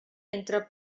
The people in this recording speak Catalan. entre